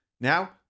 Now